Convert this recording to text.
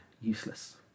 useless